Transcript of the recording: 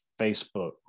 Facebook